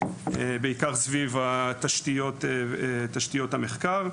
בעיקר סביב תשתיות המחקר.